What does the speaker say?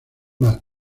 más